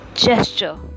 Gesture